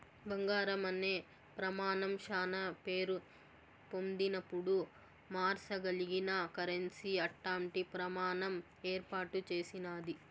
బంగారం అనే ప్రమానం శానా పేరు పొందినపుడు మార్సగలిగిన కరెన్సీ అట్టాంటి ప్రమాణం ఏర్పాటు చేసినాది